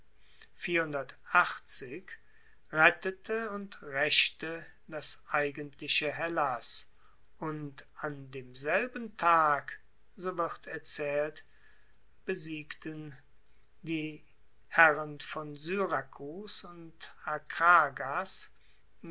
rettete und raechte das eigentliche hellas und an demselben tag so wird erzaehlt besiegten die herren von syrakus und